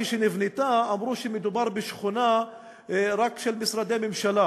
כשנבנתה אמרו שמדובר רק בשכונה של משרדי ממשלה,